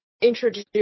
introduce